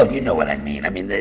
um you know what i mean. i mean,